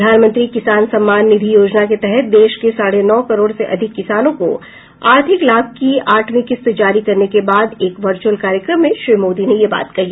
प्रधानमंत्री किसान सम्मान निधि योजना के तहत देश के साढ़े नौ करोड़ से अधिक किसानों को आर्थिक लाभ की आठवीं किस्त जारी करने के बाद एक वर्च्यअल कार्यक्रम में श्री मोदी ने यह बात कही